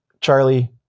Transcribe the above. Charlie